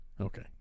Okay